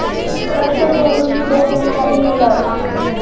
सबसे जरूरी बा जानकारी मिलल